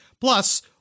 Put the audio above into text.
Plus